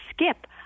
skip